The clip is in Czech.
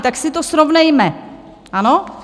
Tak si to srovnejme, ano?